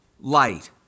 light